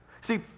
See